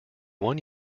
one